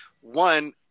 one